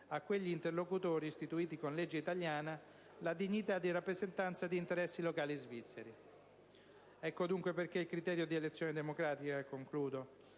a quegli interlocutori istituiti con legge italiana la dignità di rappresentanza di interessi locali svizzeri. Ecco dunque perché il criterio di elezione democratica è talmente